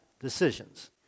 decisions